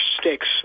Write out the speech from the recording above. stakes